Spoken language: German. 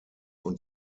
und